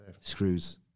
Screws